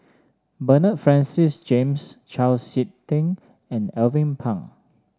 Bernard Francis James Chau SiK Ting and Alvin Pang